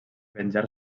venjar